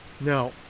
Now